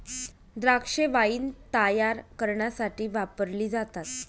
द्राक्षे वाईन तायार करण्यासाठी वापरली जातात